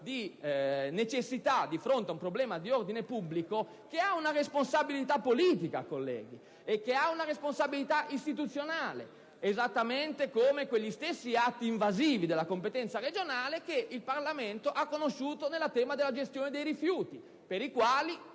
di necessità di fronte a un problema di ordine pubblico che ha all'origine una responsabilità politica, colleghi, e una responsabilità istituzionale, esattamente come quegli stessi atti invasivi della competenza regionale che il Parlamento ha conosciuto nel tema della gestione dei rifiuti, per le quali